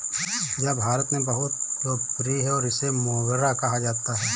यह भारत में बहुत लोकप्रिय है और इसे मोगरा कहा जाता है